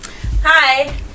Hi